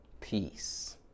Peace